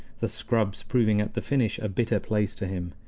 the scrubbs proving at the finish a bitter place to him.